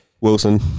Wilson